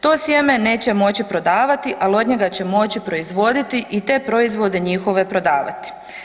To sjeme neće moći prodavati, al od njega će moći proizvoditi i te proizvode njihove prodavati.